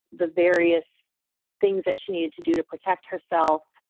the various things that she needed to do to protect herself.